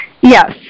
Yes